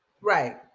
right